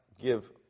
give